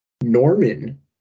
Norman